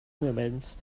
movements